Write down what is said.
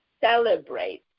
celebrate